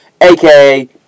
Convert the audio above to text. aka